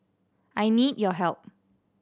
I need your help